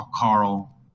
Carl